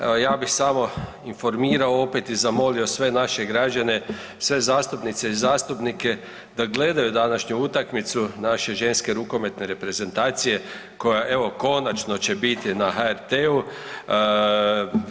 Evo ja bih samo informirao opet i zamolio sve naše građane, sve zastupnice i zastupnike da gledaju današnju utakmicu naše ženske rukometne reprezentacije koja evo konačno će biti na HRT-u.